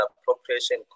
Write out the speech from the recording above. appropriation